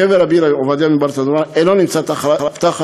קבר רבי עובדיה מברטנורא אינו נמצא תחת